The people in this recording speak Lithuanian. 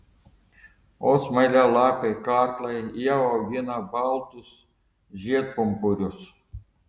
o smailialapiai karklai jau augina baltus žiedpumpurius